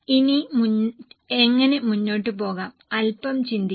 ഇനി എങ്ങനെ മുന്നോട്ട് പോകാം അൽപ്പം ചിന്തിക്കുക